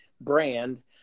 brand